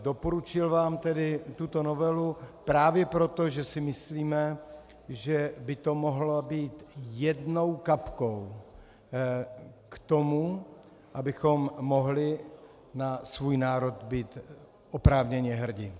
Doporučil vám tedy tuto novelu právě proto, že si myslíme, že by to mohlo být jednou kapkou k tomu, abychom mohli na svůj národ být oprávněně hrdi.